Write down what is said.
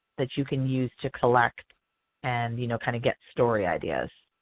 that you can use to collect and you know kind of get story ideas.